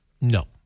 No